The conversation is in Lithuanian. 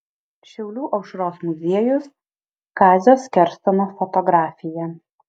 šiaulių aušros muziejus kazio skerstono fotografija